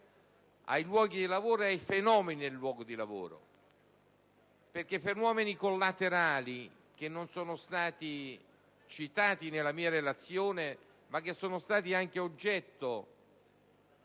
ai luoghi di lavoro e ai fenomeni nei luoghi di lavoro, perché i fenomeni collaterali, che non sono stati citati nella mia relazione ma che sono stati oggetto